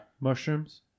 Mushrooms